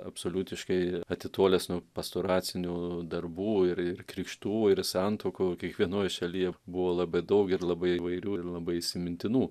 absoliutiškai atitolęs nuo pastoracinių darbų ir ir krikštų ir santuokų kiekvienoj šalyje buvo labai daug ir labai įvairių ir labai įsimintinų